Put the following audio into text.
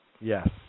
Yes